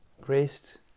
graced